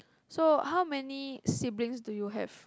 so how many siblings do you have